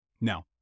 Now